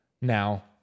Now